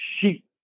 sheep